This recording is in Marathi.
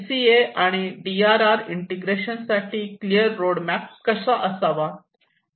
सी सी ए आणि डी आर आर इंटिग्रेशन साठी क्लियर रोड मॅप कसा असावा